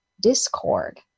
discord